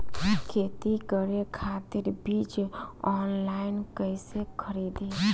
खेती करे खातिर बीज ऑनलाइन कइसे खरीदी?